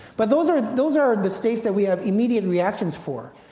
but those are those are the states that we have immediate reactions for.